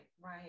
right